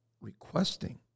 requesting